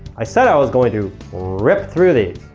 i said i was going to rip through these.